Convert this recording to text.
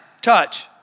touch